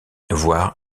voir